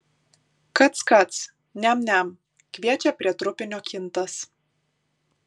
kac kac niam niam kviečia prie trupinio kintas